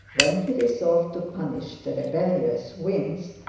when he resolved to punish the rebellious winds,